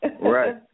Right